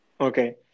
Okay